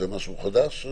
זה משהו מחודש?